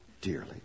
dearly